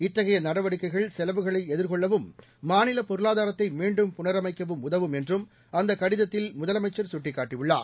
இத்தகைய நடவடிக்கைகள் செலவுகளை எதிர்கொள்ளவும் மாநில பொருளாதாரத்தை மீண்டும் புனரமைக்கவும் உதவும் என்றும் அந்தக் கடிதத்தில் முதலமைச்சர் சுட்டிக்காட்டியுள்ளார்